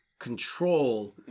Control